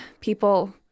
people